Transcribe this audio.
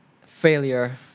failure